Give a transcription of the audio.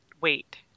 wait